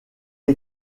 est